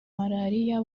malaria